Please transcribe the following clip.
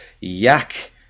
Yak